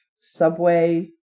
subway